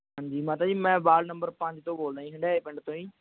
ਹਾਂਜੀ ਮਾਤਾ ਜੀ ਮੈਂ ਵਾਰਡ ਨੰਬਰ ਪੰਜ ਤੋਂ ਬੋਲਦਾ ਜੀ ਹੰਢਾਇਆ ਪਿੰਡ ਤੋਂ ਜੀ